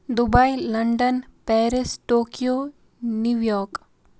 Dubai London Paris Tokyo New York